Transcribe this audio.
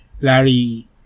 Larry